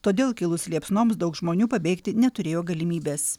todėl kilus liepsnoms daug žmonių pabėgti neturėjo galimybės